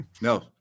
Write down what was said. No